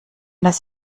das